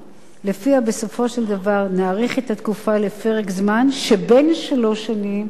של דבר נאריך את התקופה לפרק זמן של בין שלוש שנים לשבע שנים,